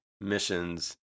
missions